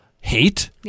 hate